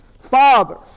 father